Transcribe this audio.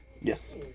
Yes